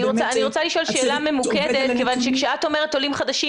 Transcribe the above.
אני רוצה לשאול שאלה ממוקדת כיוון שכשאת אומרת עולים חדשים,